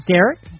Derek